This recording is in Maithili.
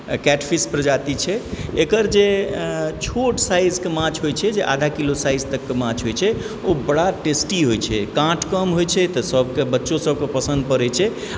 कैटफिश प्रजाति छै एकर जे छोट साइजके माछ होइत छै जे आधा किलोके साइज तकके माछ होइत छै ओ बड़ा टेस्टी होइत छै काँट कम होइ छै तऽ सभके बच्चोसभके पसन्द पड़ैत छै